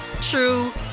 true